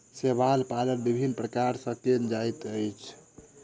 शैवाल पालन विभिन्न प्रकार सॅ कयल जाइत अछि